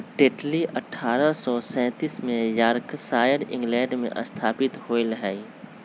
Tetley अठ्ठारह सौ सैंतीस में यॉर्कशायर, इंग्लैंड में स्थापित होलय हल